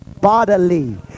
bodily